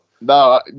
No